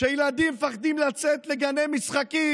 שילדים מפחדים לצאת לגני משחקים,